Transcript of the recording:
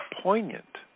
poignant